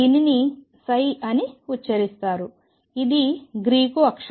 దీనిని Psi psi అని ఉచ్ఛరిస్తారు ఇది గ్రీకు అక్షరం